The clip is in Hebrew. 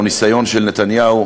או ניסיון של נתניהו,